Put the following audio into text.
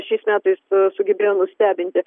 šiais metais sugebėjo nustebinti